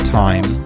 time